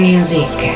Music